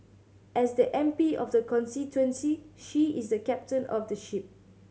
as the M P of the constituency she is the captain of the ship